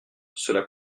cela